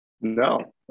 No